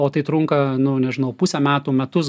o tai trunka nu nežinau pusę metų metus